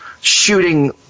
shooting